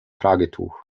tragetuch